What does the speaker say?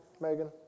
Megan